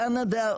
קנדה,